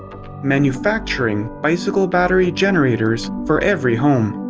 manufacturing bicycle-battery-generators for every home.